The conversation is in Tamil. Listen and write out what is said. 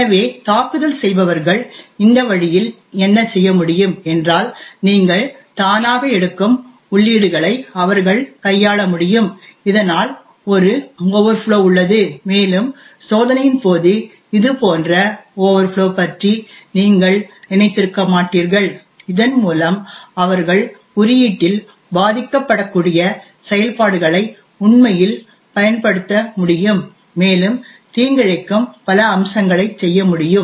எனவே தாக்குதல் செய்பவர்கள் இந்த வழியில் என்ன செய்ய முடியும் என்றால் நீங்கள் தானாக எடுக்கும் உள்ளீடுகளை அவர்கள் கையாள முடியும் இதனால் ஒரு ஓவர்ஃப்ளோ உள்ளது மேலும் சோதனையின் போது இதுபோன்ற ஓவர்ஃப்ளோ பற்றி நீங்கள் நினைத்திருக்க மாட்டீர்கள் இதன் மூலம் அவர்கள் குறியீட்டில் பாதிக்கப்படக்கூடிய செயல்பாடுகளை உண்மையில் செயல்படுத்த முடியும் மேலும் தீங்கிழைக்கும் பல அம்சங்களைச் செய்ய முடியும்